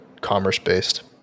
commerce-based